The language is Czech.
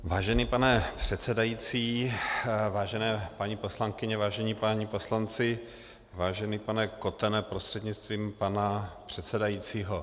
Vážený pane předsedající, vážené paní poslankyně, vážení páni poslanci, vážený pane Kotene prostřednictvím pane předsedajícího.